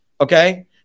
okay